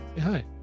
Hi